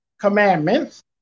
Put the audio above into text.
commandments